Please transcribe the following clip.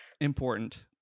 Important